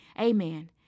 amen